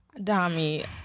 Dami